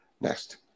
Next